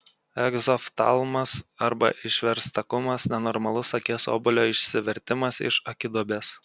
egzoftalmas arba išverstakumas nenormalus akies obuolio išsivertimas iš akiduobės